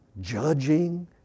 judging